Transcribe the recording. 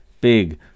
big